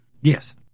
yes